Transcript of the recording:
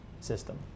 system